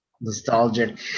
nostalgic